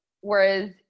Whereas